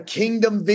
kingdom